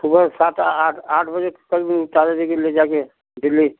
सुबह सात आठ आठ बजे कल चार बजे के ले जाकर दिल्ली